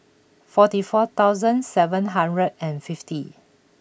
forty four thousand seven hundred and fifty